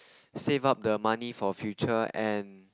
save up the money for future and